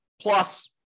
plus